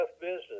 business